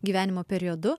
gyvenimo periodu